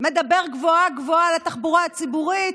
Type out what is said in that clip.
מדבר גבוהה-גבוהה על התחבורה הציבורית,